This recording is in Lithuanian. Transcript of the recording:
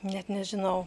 net nežinau